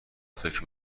فکر